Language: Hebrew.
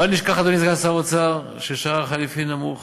בל נשכח, אדוני סגן שר האוצר, ששער חליפין נמוך